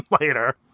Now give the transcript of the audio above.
later